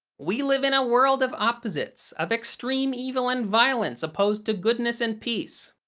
we live in a world of opposites, of extreme evil and violence opposed to goodness and peace.